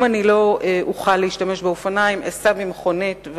אם אני לא אוכל להשתמש באופניים אסע במכונית,